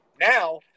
now